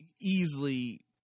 easily